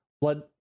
Blood